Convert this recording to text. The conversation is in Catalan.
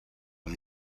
amb